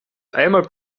einmal